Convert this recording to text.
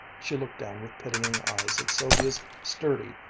she looked down with pitying eyes at sylvia's sturdy,